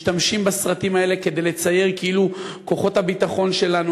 משתמשים בסרטים האלה כדי לצייר כאילו כוחות הביטחון שלנו,